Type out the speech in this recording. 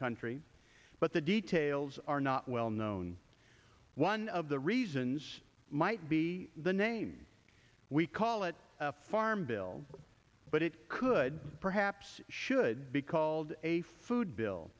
country but the details are not well known one of the reasons might be the name we call it a farm bill but it could perhaps should be called a food bill